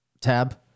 tab